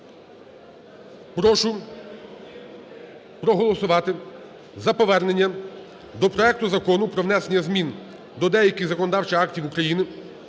Прошу проголосувати за повернення до проекту Закону про внесення змін до деяких законодавчих актів України